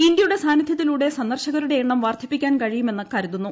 ഇന്ത്യയുടെ സാന്നിധ്യത്തിലൂടെ സന്ദർശകരുടെ എണ്ണം വർദ്ധിപ്പിക്കാൻ കഴിയുമെന്ന് കരുതുന്നു